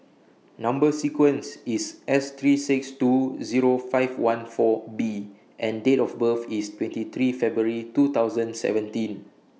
Number sequence IS S three six two Zero five one four B and Date of birth IS twenty three February two thousand seventeen